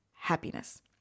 Happiness